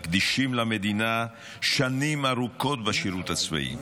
מקדישים למדינה שנים ארוכות בשירות הצבאי,